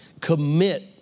Commit